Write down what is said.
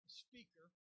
speaker